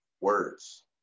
words